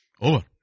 Over